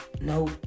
no